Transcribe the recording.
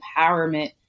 empowerment